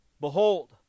Behold